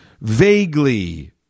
vaguely